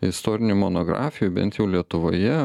istorinių monografijų bent jau lietuvoje